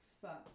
sucks